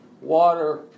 water